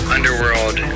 Underworld